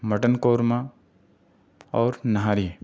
mutton korma اور نہاری